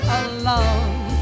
alone